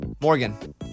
Morgan